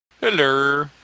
Hello